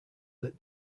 that